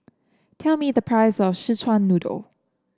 tell me the price of Szechuan Noodle